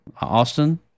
Austin